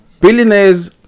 Billionaires